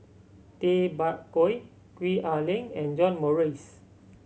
Tay Bak Koi Gwee Ah Leng and John Morrice